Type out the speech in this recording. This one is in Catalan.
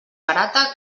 barata